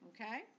Okay